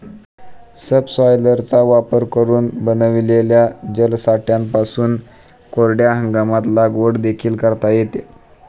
सबसॉयलरचा वापर करून बनविलेल्या जलसाठ्यांपासून कोरड्या हंगामात लागवड देखील करता येते